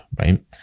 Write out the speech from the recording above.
right